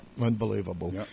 Unbelievable